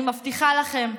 אני מבטיחה לכם,